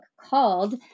called